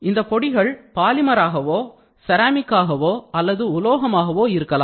இந்தப் பொடிகள் பாலிமராகவோ செராமிக்காகவோ அல்லது உலோகமாகவோ இருக்கலாம்